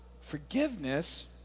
forgiveness